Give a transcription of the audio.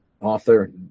author